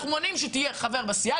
אנחנו מעוניינים שתהיה חבר בסיעה,